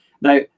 Now